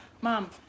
Mom